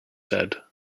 said